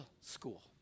School